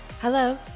Hello